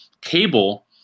Cable